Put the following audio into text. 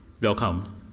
welcome